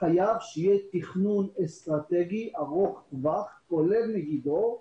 שיהיה תכנון אסטרטגי ארוך טווח כולל מגידו,